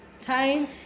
Time